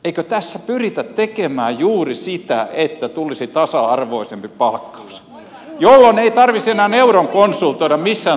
eikö tässä pyritä tekemään juuri sitä että tulisi tasa arvoisempi palkkaus jolloin ei tarvitsisi enää euron konsultoida missään tapauksessa tätä